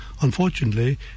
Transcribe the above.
unfortunately